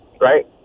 right